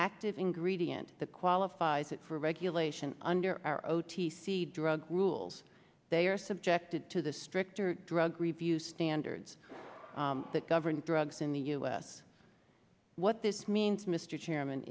active ingredient that qualifies it for regulation under our o t c drugs rules they are subjected to the stricter drug review standards that govern drugs in the us what this means mr chairman